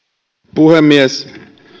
puhemies